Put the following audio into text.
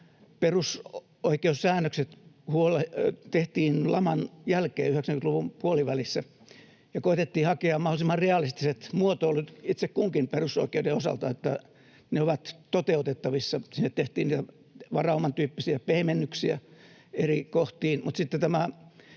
perusoikeussäännökset tehtiin laman jälkeen 90-luvun puolivälissä ja koetettiin hakea mahdollisimman realistiset muotoilut itse kunkin perusoikeuden osalta, niin että ne ovat toteutettavissa. Sinne tehtiin varauman tyyppisiä pehmennyksiä eri kohtiin,